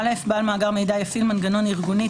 (א) בעל מאגר מידע יפעיל מנגנון ארגוני,